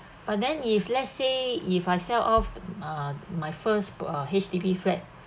but then if let's say if I sell off uh my first uh H_D_B flat